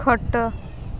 ଖଟ